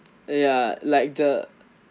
ya like the